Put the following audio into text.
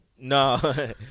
No